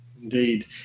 indeed